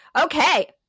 okay